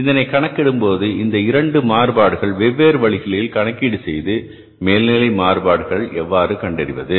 எனவே இதனை கணக்கிடும்போது இந்த மாறுபாடுகளை 2 வெவ்வேறு வழிகளில் கணக்கீடு செய்து மேல்நிலை மாறுபாடுகளை எவ்வாறு கண்டறிவது